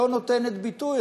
לא נותנת ביטוי.